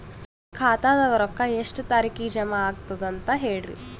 ನನ್ನ ಖಾತಾದಾಗ ರೊಕ್ಕ ಎಷ್ಟ ತಾರೀಖಿಗೆ ಜಮಾ ಆಗತದ ದ ಅಂತ ಹೇಳರಿ?